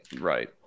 Right